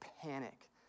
panic